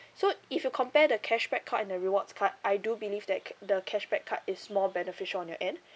so if you compare the cashback card and the rewards card I do believe that c~ the cashback card is more beneficial on your end